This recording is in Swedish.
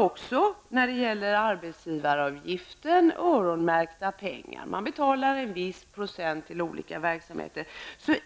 Också när det gäller arbetsgivaravgiften finns det öronmärkta pengar. Ett visst antal procent betalas till olika verksamheter.